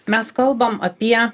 mes kalbam apie